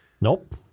Nope